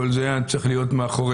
כל זה צריך להיות מאחורינו.